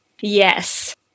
Yes